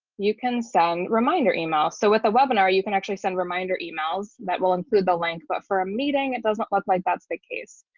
you can sell reminder email. so with a webinar, you can actually send reminder emails that will include the link. but for a meeting, it doesn't look like that's the case.